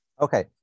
okay